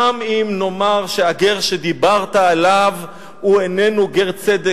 גם אם נאמר שהגר שדיברת עליו איננו גר צדק,